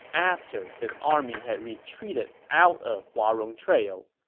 after his army had retreated out of huarong trail.